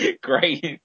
Great